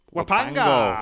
Wapango